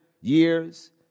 years